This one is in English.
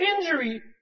injury